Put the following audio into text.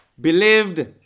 believed